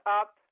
up